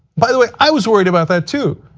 by the way, i was worried about that, too,